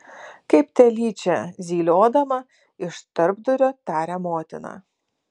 kaip telyčia zyliodama iš tarpdurio taria motina